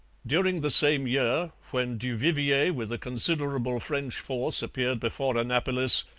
during the same year, when du vivier with a considerable french force appeared before annapolis,